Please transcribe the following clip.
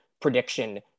prediction